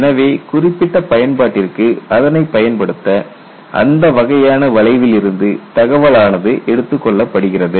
எனவே குறிப்பிட்ட பயன்பாட்டிற்கு அதனை பயன்படுத்த அந்த வகையான வளைவிலிருந்து தகவலானது எடுத்துக்கொள்ளப்படுகிறது